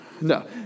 no